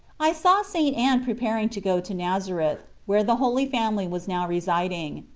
i saw st. anne preparing to go to nazareth, where the holy family was now residing.